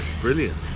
brilliant